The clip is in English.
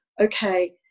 okay